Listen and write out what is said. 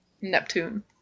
Neptune